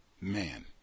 man